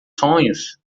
sonhos